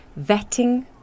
vetting